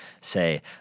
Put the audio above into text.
say